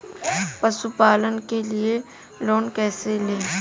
पशुपालन के लिए लोन कैसे लें?